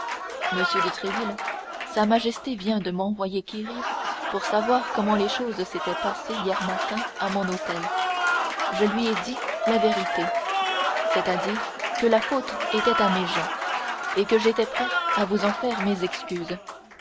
de tréville sa majesté vient de m'envoyer quérir pour savoir comment les choses s'étaient passées hier matin à mon hôtel je lui ai dit la vérité c'est-à-dire que la faute était à mes gens et que j'étais prêt à vous en faire mes excuses